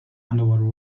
underwater